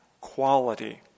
quality